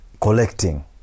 collecting